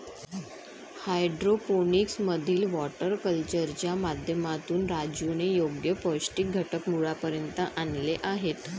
hydroponics मधील water कल्चरच्या माध्यमातून राजूने योग्य पौष्टिक घटक मुळापर्यंत आणले आहेत